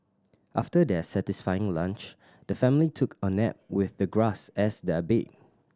after their satisfying lunch the family took a nap with the grass as their bed